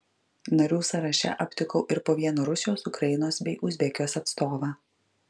narių sąraše aptikau ir po vieną rusijos ukrainos bei uzbekijos atstovą